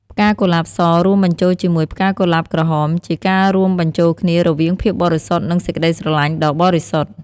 ផ្កាកុលាបស រួមបញ្ចូលជាមួយផ្កាកុលាបក្រហម ជាការរួមបញ្ចូលគ្នារវាងភាពបរិសុទ្ធ និងសេចក្តីស្រឡាញ់ដ៏បរិសុទ្ធ។